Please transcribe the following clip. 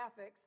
graphics